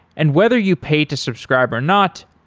and whether you pay to subscribe or not,